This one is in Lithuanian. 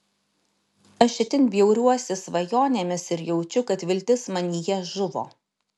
aš itin bjauriuosi svajonėmis ir jaučiu kad viltis manyje žuvo